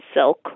Silk